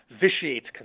vitiates